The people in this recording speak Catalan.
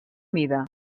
mida